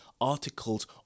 articles